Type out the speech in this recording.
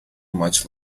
much